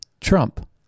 Trump